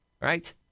right